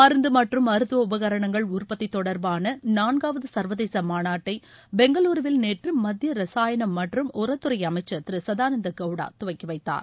மருந்து மற்றும் மருத்துவ உபகரணங்கள் உற்பத்தி தொடர்பாள நான்காவது சுர்வதேச மாநாட்டை பெங்களுருவில் நேற்று மத்திய ரசாயணம் மற்றும் உரத்துறை அமைச்சர் திரு சதானந்த கவுடா துவக்கி வைத்தார்